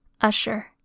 usher